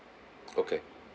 okay